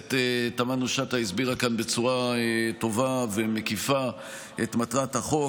הכנסת תמנו שטה הסבירה כאן בצורה טובה ומקיפה את מטרת החוק.